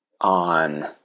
on